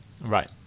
Right